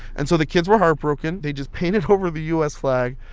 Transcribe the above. and so the kids were heartbroken. they just painted over the u s. flag.